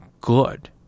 good